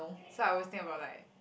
so I always think about like